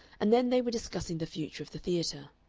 and then they were discussing the future of the theatre.